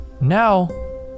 now